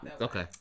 Okay